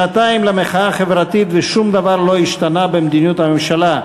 שנתיים למחאה החברתית ושום דבר לא השתנה במדיניות הממשלה,